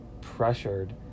pressured